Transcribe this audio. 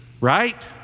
right